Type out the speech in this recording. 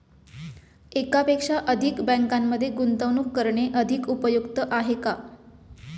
एकापेक्षा अधिक बँकांमध्ये गुंतवणूक करणे अधिक उपयुक्त आहे का?